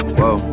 whoa